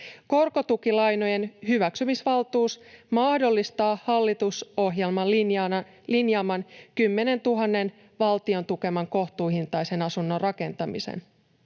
Korkotukilainojen hyväksymisvaltuus mahdollistaa hallitusohjelman linjaaman, 10 000 valtion tukeman kohtuuhintaisen asunnon rakentamisen.